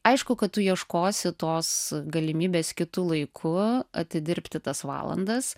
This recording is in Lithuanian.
aišku kad tu ieškosi tos galimybės kitu laiku atidirbti tas valandas